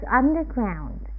underground